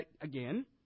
again